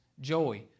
joy